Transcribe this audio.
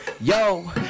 yo